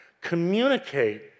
communicate